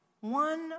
one